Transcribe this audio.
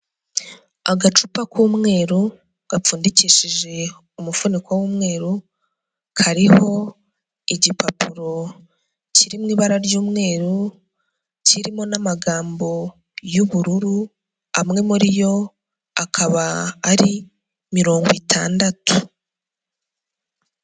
Agacupa k'umweru gapfundikishije umuvuniko w'umweru kariho igipapuro kiri mu ibara ry'umweru kirimo n'amagambo y'ubururu amwe muri yo akaba ari mirongo itandatu.